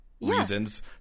Reasons